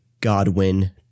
Godwin